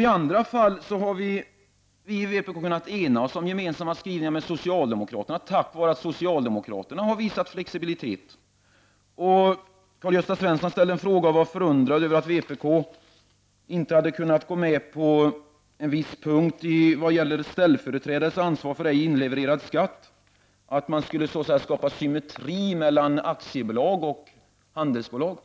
I andra sammanhang har vi i vpk kunnat enas om skrivningar tillsammans med socialdemokraterna, tack vare att socialdemokraterna har visat flexibilitet. Karl-Gösta Svenson var förundrad över att vpk inte hade kunnat gå med på en viss sak beträffande ställföreträdande ansvar för inlevererad skatt. Man skulle så att säga skapa symmetri mellan aktiebolag och handelsbolag.